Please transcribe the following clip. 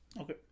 Okay